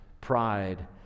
pride